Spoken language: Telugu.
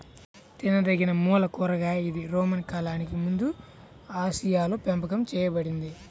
తినదగినమూల కూరగాయ ఇది రోమన్ కాలానికి ముందుఆసియాలోపెంపకం చేయబడింది